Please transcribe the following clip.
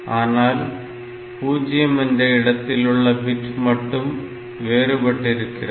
ஆனால் 0 என்ற இடத்தில் உள்ள பிட் மட்டும் வேறுபட்டிருக்கிறது